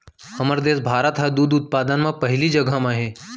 हमर देस भारत हर दूद उत्पादन म पहिली जघा म हे